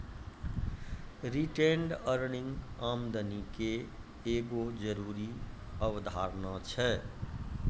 retained earning आमदनी के एगो जरूरी अवधारणा छै